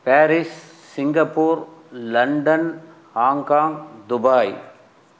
Paris Singapore London Hong Kong Dubai